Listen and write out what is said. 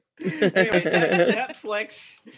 netflix